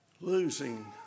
losing